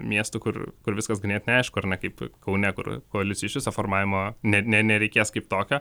miestų kur kur viskas ganėtinai aišku ar ne kaip kaune kur koalicijų iš viso formavimo ne ne nereikės kaip tokio